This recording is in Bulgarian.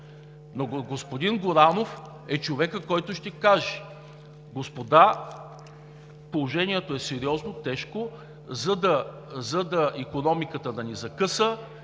Но господин Горанов е човекът, който ще каже: господа, положението е сериозно, тежко, за да не закъса